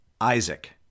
Isaac